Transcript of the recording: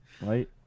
right